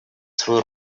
свою